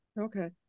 Okay